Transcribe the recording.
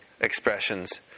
expressions